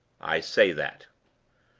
i say that.